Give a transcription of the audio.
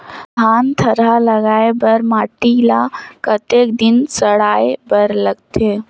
धान थरहा लगाय बर माटी ल कतेक दिन सड़ाय बर लगथे?